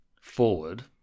forward